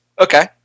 Okay